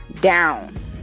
down